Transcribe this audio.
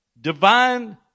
divine